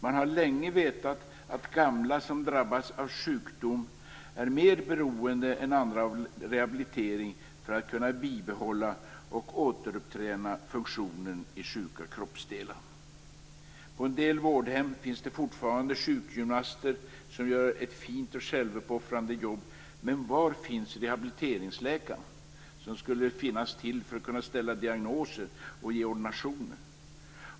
Man har länge vetat att gamla som drabbas av sjukdom är mer beroende än andra av rehabilitering för att kunna bibehålla och återuppträna funktionen i sjuka kroppsdelar. På en del vårdhem finns det fortfarande sjukgymnaster som gör ett fint och självuppoffrande jobb, men var finns rehabiliteringsläkarna? De skulle finnas till för att kunna ställa diagnoser och ge ordinationer.